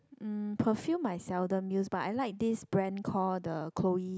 um perfume I seldom use but I like this brand call the Chloe